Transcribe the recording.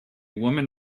woman